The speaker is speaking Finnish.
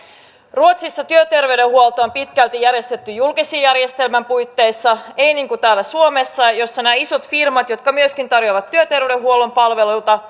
ruotsissa työterveyshuolto on pitkälti järjestetty julkisen järjestelmän puitteissa ei niin kuin täällä suomessa jossa nämä isot firmat jotka myöskin tarjoavat työterveydenhuollon palveluita